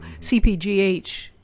CPGH